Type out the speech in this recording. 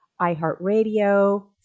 iHeartRadio